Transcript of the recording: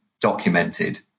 documented